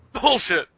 Bullshit